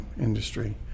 industry